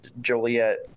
Joliet